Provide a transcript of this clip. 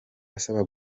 asaba